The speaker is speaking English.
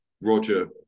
Roger